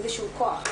איזשהו כוח.